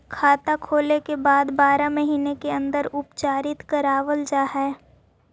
खाता खोले के बाद बारह महिने के अंदर उपचारित करवावल जा है?